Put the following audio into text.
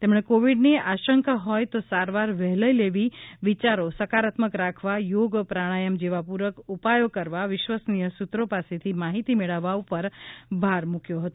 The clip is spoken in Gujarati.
તેમણે કોવીડની આશંકા હોય તો સારવાર વહેલી લેવી વિયારો સકારાત્મક રાખવા યોગ પ્રાણાયમ જેવા પૂરક ઉપાયો કરવા વિશ્વસનીય સૂત્રો પાસેથી માહિતી મેળવવા ઉપર ભાર મૂકયો હતો